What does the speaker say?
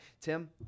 Tim